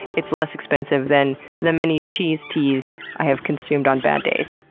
it's less expensive than the many cheese teas i have consumed on bad days.